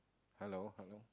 hello hello